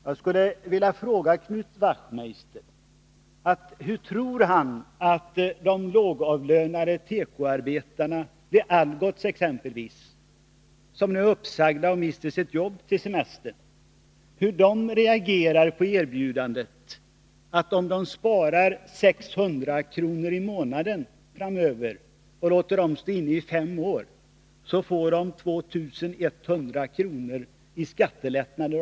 Jag skulle vilja fråga Knut Wachtmeister hur han tror att de lågavlönade tekoarbetarna vid exempelvis Algots, som nu är uppsagda och mister sina jobb till semestern, reagerar på erbjudandet att spara 600 kr. i månaden framöver och låta dem stå inne i fem år och för det få 2 100 kr. om året i skattelättnad.